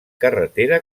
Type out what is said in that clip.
carretera